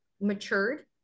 matured